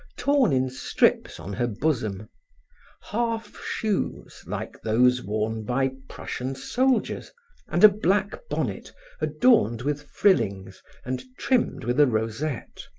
torn in strips on her bosom half-shoes like those worn by prussian soldiers and a black bonnet adorned with frillings and trimmed with a rosette.